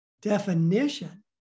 definition